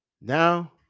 Now